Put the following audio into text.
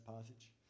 passage